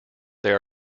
there